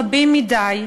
רבים מדי,